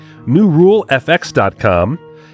NewRuleFX.com